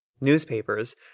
Newspapers